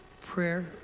Prayer